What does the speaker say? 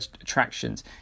attractions